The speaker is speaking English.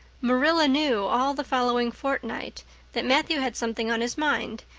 marilla knew all the following fortnight that matthew had something on his mind,